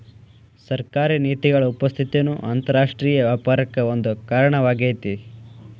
ಸರ್ಕಾರಿ ನೇತಿಗಳ ಉಪಸ್ಥಿತಿನೂ ಅಂತರರಾಷ್ಟ್ರೇಯ ವ್ಯಾಪಾರಕ್ಕ ಒಂದ ಕಾರಣವಾಗೇತಿ